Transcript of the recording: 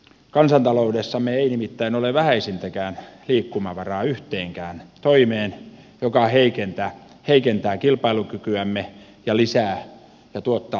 kansantaloudessamme ei nimittäin ole vähäisintäkään liikkumavaraa yhteenkään toimeen joka heikentää kilpailukykyämme ja tuottaa lisää sääntelyä